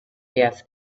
gas